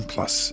Plus